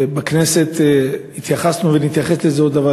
בכנסת התייחסנו לזה ונתייחס לזה עוד.